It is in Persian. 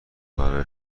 برای